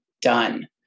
done